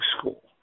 school